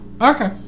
Okay